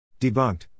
Debunked